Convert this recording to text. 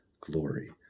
glory